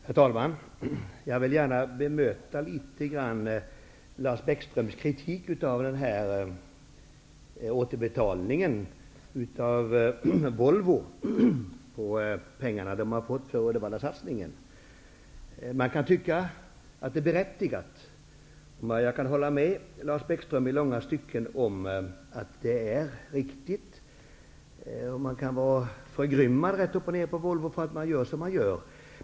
Herr talman! Jag vill gärna bemöta Lars Bäckströms kritik när det gäller återbetalningen från Volvo av pengarna de fått för Uddevallasatsningen. Man kan tycka att det är berättigat, och jag kan i långa stycken hålla med Lars Bäckström om att det är riktigt. Man kan vara förgrymmad på Volvo för att de gör som de gör.